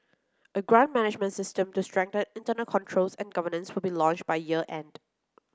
a grant management system to strengthen internal controls and governance would be launched by year end